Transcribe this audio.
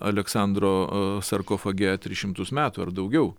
aleksandro sarkofage tris šimtus metų ar daugiau